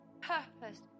purpose